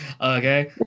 okay